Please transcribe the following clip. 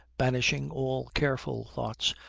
banishing all careful thoughts,